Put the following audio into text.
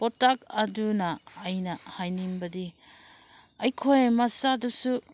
ꯄꯥꯎꯇꯥꯛ ꯑꯗꯨꯅ ꯑꯩꯅ ꯍꯥꯏꯅꯤꯡꯕꯗꯤ ꯑꯩꯈꯣꯏ ꯃꯁꯥꯗꯨꯁꯨ